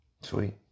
Sweet